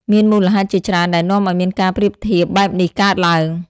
មានមូលហេតុជាច្រើនដែលនាំឲ្យមានការប្រៀបធៀបបែបនេះកើតឡើង។